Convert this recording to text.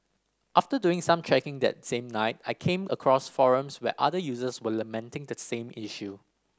after doing some checking that same night I came across forums where other users were lamenting the same issue